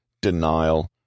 denial